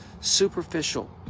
superficial